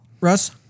Russ